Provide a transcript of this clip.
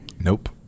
Nope